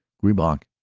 griesbach,